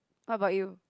what about you